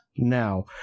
now